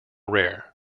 rare